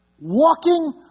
walking